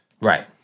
right